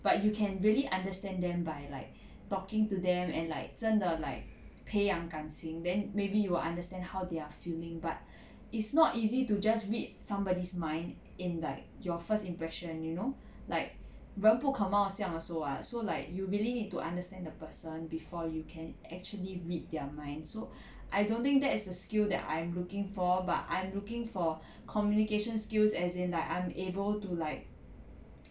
but you can really understand them by like talking to them and like 真的 like 培养感情 then maybe you will understand how they're feeling but it's not easy to just read somebody's mind in like your first impression you know like 人不可貌相 also [what] so like you really need to understand the person before you can actually read their minds so I don't think that is a skill that I am looking for but I'm looking for communication skills as in like I'm able to like